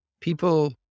people